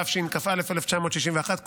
התשכ"א 1961,